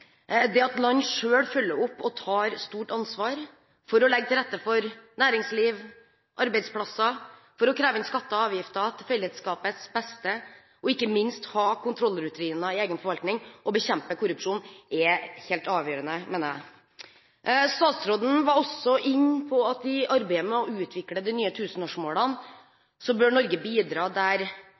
Det at land selv følger opp og tar stort ansvar for å legge til rette for næringsliv, arbeidsplasser, for å kreve inn skatter og avgifter til fellesskapets beste og ikke minst ha kontrollrutiner i egen forvaltning og bekjempe korrupsjon er helt avgjørende, mener jeg. Statsråden var også inne på at Norge i arbeidet med å utvikle de nye tusenårsmålene bør bidra der